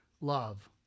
love